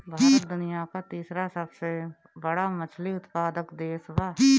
भारत दुनिया का तीसरा सबसे बड़ा मछली उत्पादक देश बा